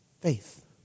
faith